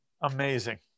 Amazing